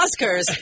Oscars